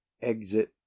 exit